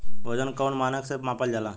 वजन कौन मानक से मापल जाला?